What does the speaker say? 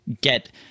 get